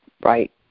right